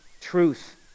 truth